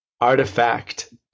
artifact